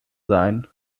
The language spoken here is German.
sein